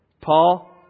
Paul